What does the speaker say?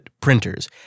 printers